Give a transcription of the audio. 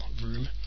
room